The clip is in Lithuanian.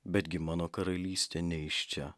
betgi mano karalystė ne iš čia